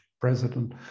president